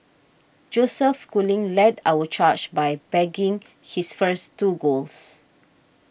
Joseph Schooling led our charge by bagging his first two golds